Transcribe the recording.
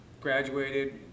graduated